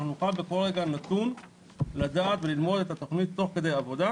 אנחנו נוכל בכל רגע נתון לדעת וללמוד את התוכנית תוך כדי עבודה,